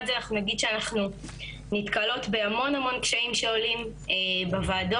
זה אנחנו נגיד שאנחנו נתקלות מהמון קשיים שעולים בוועדות,